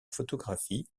photographie